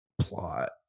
plot